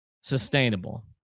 sustainable